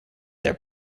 their